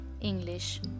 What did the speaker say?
English